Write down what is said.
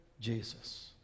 Jesus